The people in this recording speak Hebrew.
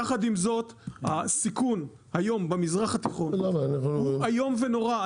יחד עם זאת הסיכון היום במזרח התיכון הוא איום ונורא,